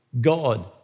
God